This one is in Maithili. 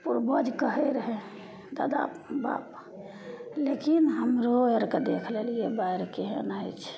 पूर्वज कहय रहय दादा बाबा लेकिन हमरो अरके देख लेलियै बाढि केहन होइ छै